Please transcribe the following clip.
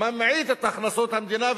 ממעיטה את הכנסות המדינה,